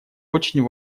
очень